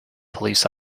police